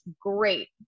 great